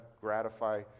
gratify